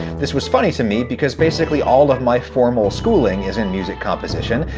this was funny to me, because basically all of my formal schooling is in music composition.